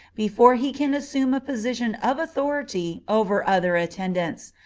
before he can assume a position of authority over other attendants,